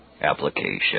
Application